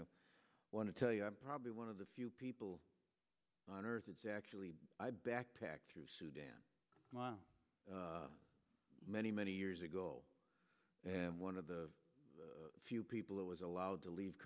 i want to tell you i'm probably one of the few people on earth it's actually i backpacked through sudan many many years ago and one of the few people that was allowed to leave